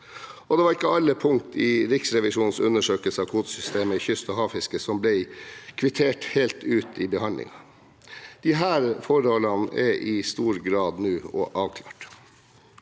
og det var ikke alle punkter i Riksrevisjonens undersøkelse av kvotesystemet i kyst- og havfisket som ble kvittert helt ut ved behandlingen. Disse forholdene er i stor grad nå avklart.